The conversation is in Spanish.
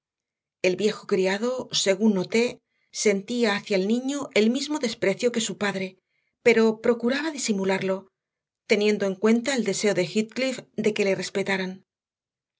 el viejo criado según noté sentía hacia el niño el mismo desprecio que su padre pero procuraba disimularlo teniendo en cuenta el deseo de heathcliff de que le respetaran